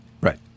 right